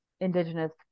indigenous